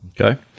Okay